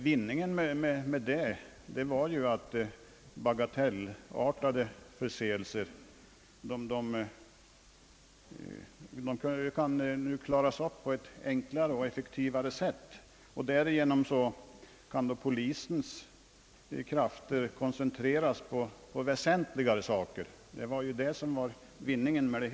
Vinningen med det systemet är ju, att bagatellartade förseelser kan klaras upp på ett enklare och effektivare sätt än tidigare, och därigenom kan polisens krafter koncentreras på väsentligare saker.